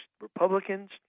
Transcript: Republicans